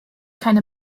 keine